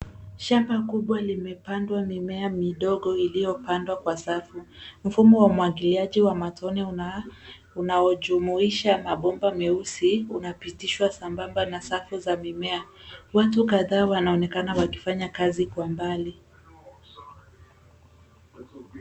Shamba kubwa limepandwa mimea midogo iliyopandwa kwa safu. Mfumo. huu wa umwangiliaji wa matone unaojumuisha mabomba meusi unapitishwa sambamba na safu za mimea. Watu kadhaa wanaonekana wakifanya kazi kwa mbali.